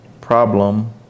Problem